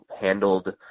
handled